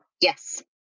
Yes